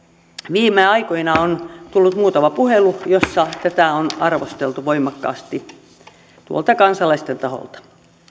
viime aikoina on tullut muutama puhelu joissa tätä on arvosteltu voimakkaasti kansalaisten taholta